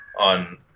on